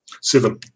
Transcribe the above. Seven